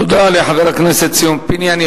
תודה לחבר הכנסת ציון פיניאן.